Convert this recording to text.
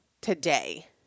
today